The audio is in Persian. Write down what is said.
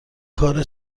کار